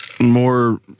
more